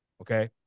Okay